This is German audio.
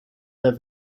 der